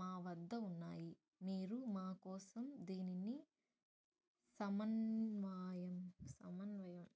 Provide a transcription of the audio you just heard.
మా వద్ద ఉన్నాయి మీరు మా కోసం దీనిని సమన్మాయం సమన్వయం